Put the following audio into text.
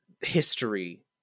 history